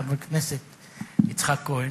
חבר הכנסת יצחק כהן,